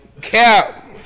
cap